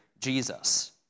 Jesus